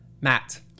Matt